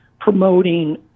promoting